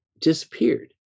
disappeared